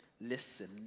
Listen